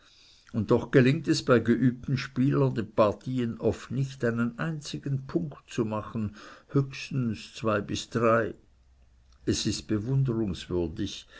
und doch gelingt es bei geübten spielern den partien oft nicht einen einzigen punkt zu machen höchstens zwei bis drei es ist